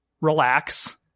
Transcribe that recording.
relax